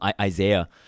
Isaiah